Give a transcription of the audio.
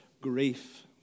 grief